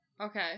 Okay